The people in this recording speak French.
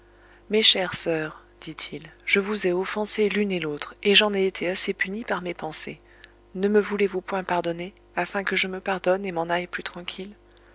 mes chères soeurs dit-il je vous ai offensées l'une et l'autre et j'en ai été assez puni par mes pensées ne me voulez-vous point pardonner afin que je me pardonne et m'en aille plus tranquille